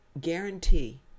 guarantee